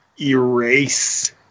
Erase